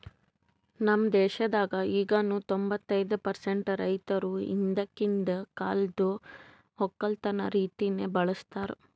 ನಮ್ ದೇಶದಾಗ್ ಈಗನು ತೊಂಬತ್ತೈದು ಪರ್ಸೆಂಟ್ ರೈತುರ್ ಹಿಂದಕಿಂದ್ ಕಾಲ್ದು ಒಕ್ಕಲತನ ರೀತಿನೆ ಬಳ್ಸತಾರ್